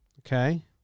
Okay